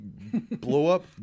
blow-up